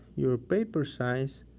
your paper size,